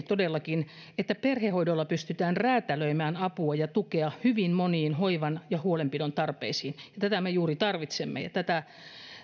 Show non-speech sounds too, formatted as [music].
[unintelligible] todellakin sen että perhehoidolla pystytään räätälöimään apua ja tukea hyvin moniin hoivan ja huolenpidon tarpeisiin tätä me juuri tarvitsemme tätä